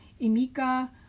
Imika